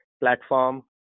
platform